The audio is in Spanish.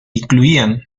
incluían